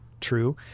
true